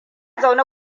zaune